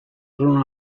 room